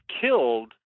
killed